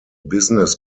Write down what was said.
business